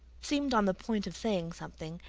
seemed on the point of saying something,